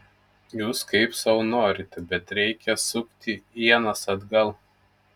jūs kaip sau norite bet reikia sukti ienas atgal